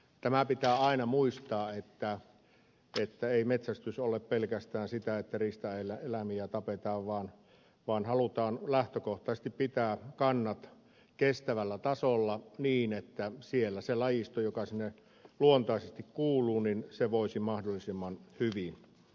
tämä pitää aina muistaa se että ei metsästys ole pelkästään sitä että riistaeläimiä tapetaan vaan halutaan lähtökohtaisesti pitää kannat kestävällä tasolla niin että siellä se lajisto joka sinne luontaisesti kuuluu voisi mahdollisimman hyvin